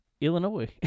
Illinois